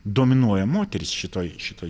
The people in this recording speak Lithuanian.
dominuoja moterys šitoj šitoj